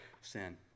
sin